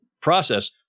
process